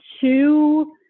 two